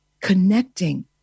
connecting